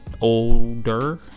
older